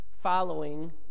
following